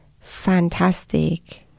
fantastic